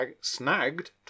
snagged